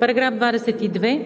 По § 22